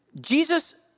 Jesus